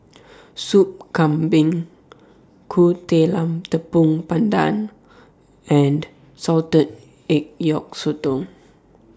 Soup Kambing Kueh Talam Tepong Pandan and Salted Egg Yolk Sotong